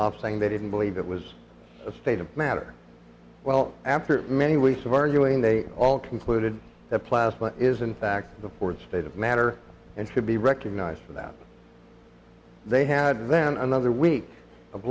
off saying they didn't believe it was a state of matter well after many weeks of arguing they all concluded that plasma is in fact the fourth state of matter and should be recognized for that they had then another week of